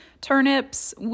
Turnips